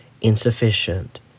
insufficient